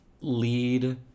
lead